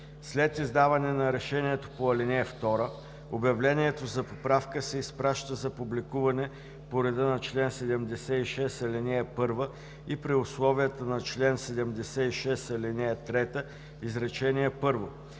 След издаване на решението по ал. 2 обявлението за поправка се изпраща за публикуване по реда на чл. 76, ал. 1 и при условията на чл. 76, ал. 3, изречение